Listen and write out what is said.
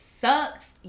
sucks